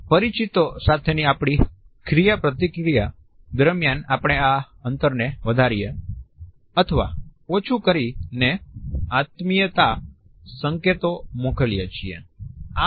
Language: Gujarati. પરિચિતો સાથેની આપણી ક્રિયાપ્રતિક્રિયા દરમિયાન આપણે આ અંતરને વધારીને અથવા ઓછું કરીને આત્મીયતાના સંકેતો મોકલીએ છીએ